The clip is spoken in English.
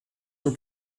were